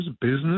business